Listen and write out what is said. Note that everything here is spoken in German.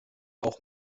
auch